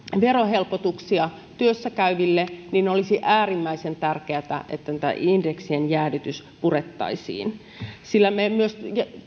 verohelpotuksia työssä käyville olisi äärimmäisen tärkeätä että tämä indeksien jäädytys purettaisiin sillä me myös